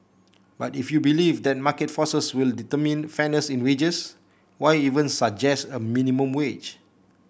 but if you believe that market forces would determine fairness in wages why even suggest a minimum wage